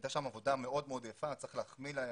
הייתה שם עבודה מאוד מאוד יפה וצריך להחמיא להם,